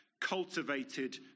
cultivated